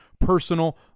personal